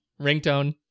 Ringtone